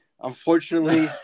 unfortunately